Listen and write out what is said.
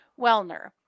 Wellner